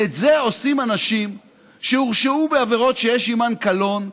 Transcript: ואת זה עושים אנשים שהורשעו בעבירות שיש עימן קלון,